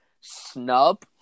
snub